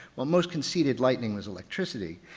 while most conceded lightning was electricity,